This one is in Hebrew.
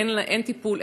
אין טיפול,